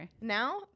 now